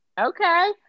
Okay